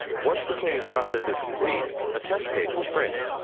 once the cleaning process is complete, a test page will print.